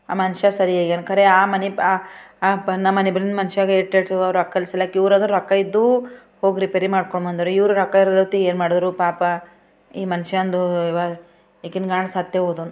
ಆ ಮನುಷ್ಯ ಸರಿಯಾಗ್ಯಾನ ಖರೆ ಆ ಮನೆ ರೊಕ್ಕ ಸಹ ಇಲ್ಲ ಇವ್ರು ಆದ್ರೆ ರೊಕ್ಕ ಇದ್ವು ಹೋಗಿ ರಿಪೇರಿ ಮಾಡ್ಕೊಂಡು ಬಂದರು ಇವರು ರೊಕ್ಕ ಇಲ್ದತಿ ಏನು ಮಾಡಿದರು ಪಾಪ ಈ ಮನುಷ್ಯಂದು ಪಾಪ ಈಕಿ ಗಂಡ ಸತ್ತೇ ಹೋದನು